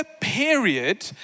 period